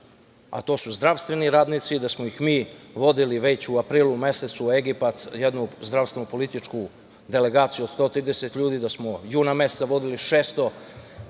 a to su zdravstveni radnici, da smo ih mi vodili već u aprilu mesecu u Egipat, jednu zdravstveno-političku delegaciju od 130 ljudi, da smo juna meseca vodili 600